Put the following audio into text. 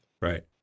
right